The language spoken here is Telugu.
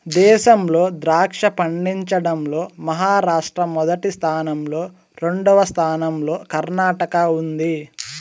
దేశంలో ద్రాక్ష పండించడం లో మహారాష్ట్ర మొదటి స్థానం లో, రెండవ స్థానం లో కర్ణాటక ఉంది